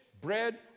bread